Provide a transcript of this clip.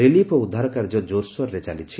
relief ଓ ଉଦ୍ଧାର କାର୍ଯ୍ୟ ଜୋରସୋରରେ ଚାଲିଛି